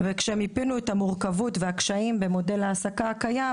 כשמיפינו את המורכבות ואת הקשיים במודל ההעסקה הקיים,